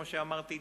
כמו שאמרתי,